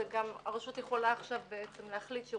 הרשות יכולה עכשיו בעצם להחליט שהיא